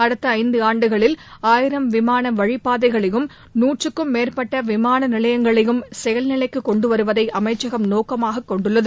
அடுத்த இந்தாண்டுகளில் ஆயிரம் விமான வழிப்பாதைகளையும் நூற்றுக்கும் மேற்பட்ட விமான நிலையங்களையும செயல் நிலைக்கு கொண்டு வருவதை அமைச்சகம் நோக்கமாகக் கொண்டுள்ளது